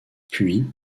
puis